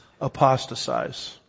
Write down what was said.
apostatize